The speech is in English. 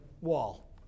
wall